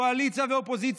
קואליציה ואופוזיציה,